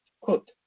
Quote